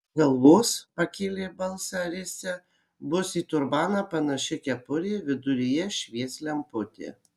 o ant galvos pakėlė balsą risia bus į turbaną panaši kepurė viduryje švies lemputė